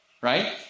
Right